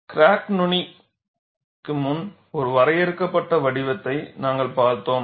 crack நுனி முன் ஒரு வரையறுக்கப்பட்ட வடிவத்தை நாங்கள் பார்த்தோம்